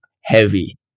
heavy